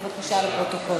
בבקשה, לפרוטוקול.